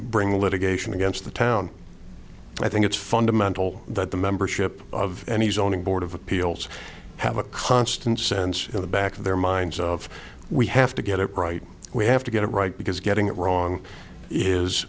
bring litigation against the town and i think it's fundamental that the membership of any zoning board of appeals have a constant sense in the back of their minds of we have to get it right we have to get it right because getting it wrong is